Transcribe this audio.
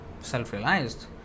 self-realized